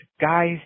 guys